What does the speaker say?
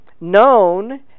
known